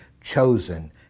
chosen